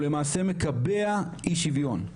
הוא למעשה מקבע אי שוויון.